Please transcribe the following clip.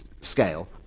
scale